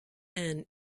and